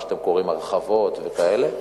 מה שאתם קוראים הרחבות וכאלה,